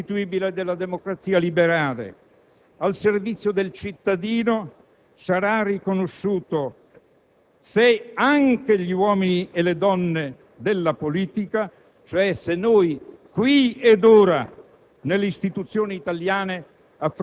Il rispetto del valore insostituibile della democrazia liberale al servizio del cittadino sarà riconosciuto se anche gli uomini e le donne della politica, cioè noi, qui ed ora